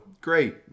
great